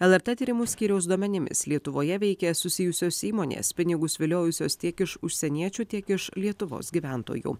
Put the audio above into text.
lrt tyrimų skyriaus duomenimis lietuvoje veikė susijusios įmonės pinigus viliojusios tiek iš užsieniečių tiek iš lietuvos gyventojų